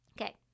Okay